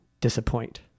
disappoint